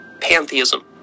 Pantheism